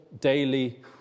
daily